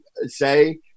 say